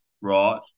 right